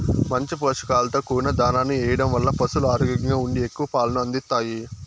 మంచి పోషకాలతో కూడిన దాణాను ఎయ్యడం వల్ల పసులు ఆరోగ్యంగా ఉండి ఎక్కువ పాలను అందిత్తాయి